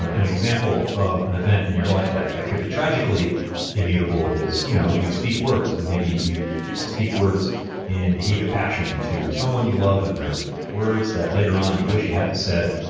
and an example of an event in your life that that could be tragically immutable is you know you speak words and maybe you speak words in the heat of passion to someone you love, and they're words that later on you wish you hadn't said.